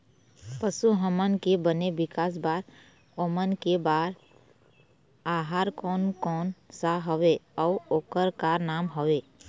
पशु हमन के बने विकास बार ओमन के बार आहार कोन कौन सा हवे अऊ ओकर का नाम हवे?